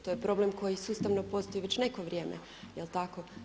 To je problem koji sustavno postoji već neko vrijeme, jel tako?